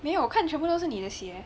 没有看全部都是你的鞋